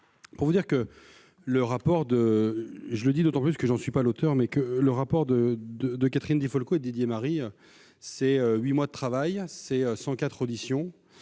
pas l'auteur : le rapport de Catherine Di Folco et Didier Marie, c'est 8 mois de travail, c'est 104 auditions,